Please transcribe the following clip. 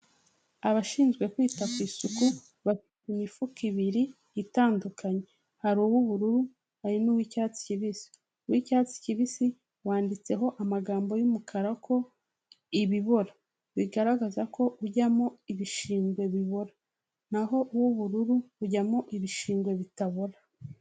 Abashinzwe kwita ku isuku, bafite imifuka ibiri itandukanye. Hari uw'ubururu hari n'uw'icyatsi kibisi. Uw'icyatsi kibisi wanditseho amagambo y'umukara ko ibibora bigaragaza ko ujyamo ibishigwe bibora, naho uw'ubururu ujyamo ibishingwe bitabora.